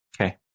Okay